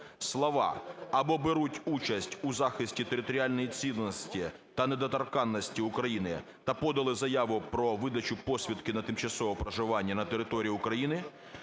слова "або беруть участь у захисті територіальної цінності та недоторканності України та подали заяву про видачу посвідки на тимчасове проживання на території України,